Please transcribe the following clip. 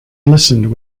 listened